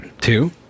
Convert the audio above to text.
Two